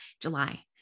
July